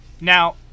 Now